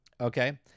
okay